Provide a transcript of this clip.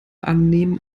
annehmen